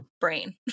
Brain